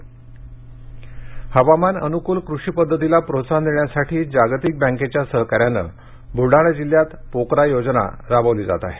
बुलडाणा हवामान अनुकूल कृषी पद्धतीला प्रोत्साहन देण्यासाठी जागतिक बँकेच्या सहकार्याने ब्लडाणा जिल्ह्यात पोकरायोजना राबवली जात आहे